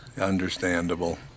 Understandable